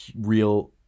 real